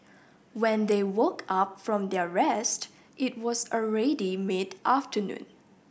when they woke up from their rest it was already mid afternoon